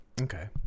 Okay